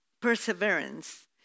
perseverance